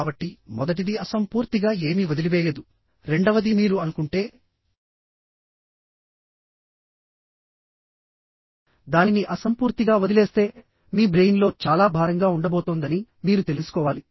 కాబట్టి మొదటిది అసంపూర్తిగా ఏమీ వదిలివేయదు రెండవది మీరు అనుకుంటే దానిని అసంపూర్తిగా వదిలేస్తే మీ బ్రెయిన్లో చాలా భారంగా ఉండబోతోందని మీరు తెలుసుకోవాలి